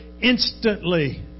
instantly